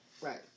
Right